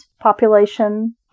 population